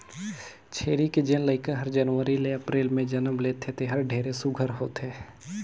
छेरी के जेन लइका हर जनवरी ले अपरेल में जनम लेथे तेहर ढेरे सुग्घर होथे